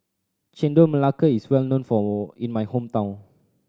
Chendol Melaka is well known for in my hometown